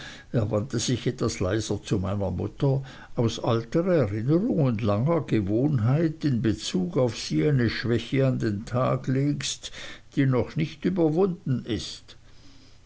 er wandte sich etwas leiser zu meiner mutter aus alter erinnerung und langer gewohnheit in bezug auf sie eine schwäche an den tag legst die noch nicht überwunden ist